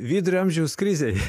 vidurio amžiaus krizėj